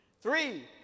three